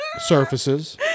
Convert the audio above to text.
surfaces